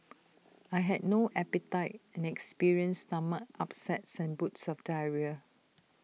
I had no appetite experienced stomach upsets and bouts of diarrhoea